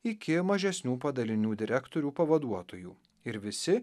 iki mažesnių padalinių direktorių pavaduotojų ir visi